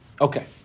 Okay